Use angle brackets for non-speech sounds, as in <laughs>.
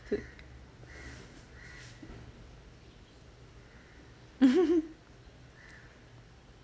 <laughs>